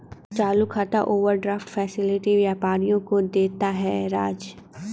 चालू खाता overdraft facility व्यापारियों को देता है राज